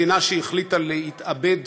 מדינה שהחליטה להתאבד